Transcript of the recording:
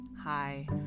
Hi